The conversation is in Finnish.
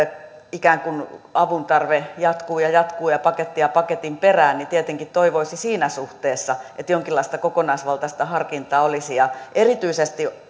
ikään kuin avun tarve jatkuu ja jatkuu ja on pakettia paketin perään niin tietenkin toivoisi siinä suhteessa että jonkinlaista kokonaisvaltaista harkintaa olisi erityisesti